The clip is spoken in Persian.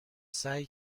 سعی